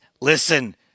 Listen